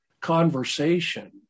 conversation